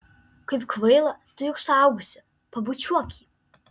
kaip kvaila tu juk suaugusi pabučiuok jį